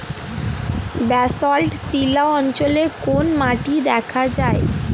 Basalt শিলা অঞ্চলে কোন মাটি দেখা যায়?